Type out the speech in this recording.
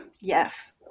Yes